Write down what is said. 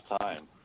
time